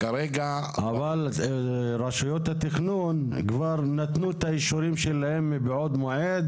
אבל רשויות התכנון כבר נתנו את האישורים שלהן מבעוד מועד,